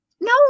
no